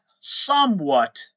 Somewhat